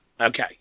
Okay